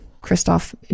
Christoph